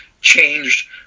changed